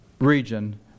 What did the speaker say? region